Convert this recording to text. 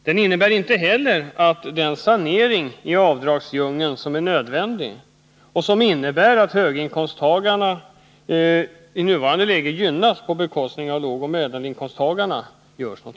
Den innebär inte heller den sanering i avdragsdjungeln som är nödvändig — i nuvarande läge gynnas höginkomsttagarna på bekostnad av lågoch medelinkomsttagarna.